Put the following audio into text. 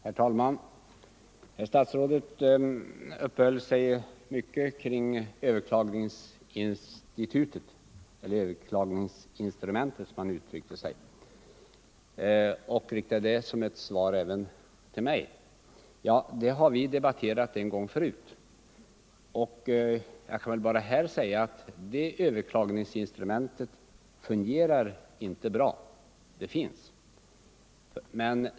Herr talman! Statsrådet uppehöll sig mycket vid överklagningsinstitutet —- eller överklagningsinstrumentet som han uttryckte sig — också i sitt svar till mig. Den saken har vi debatterat en gång tidigare. Nu vill jag bara säga att det överklagningsinstrumentet inte fungerar bra.